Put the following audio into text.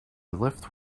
left